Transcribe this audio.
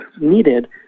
needed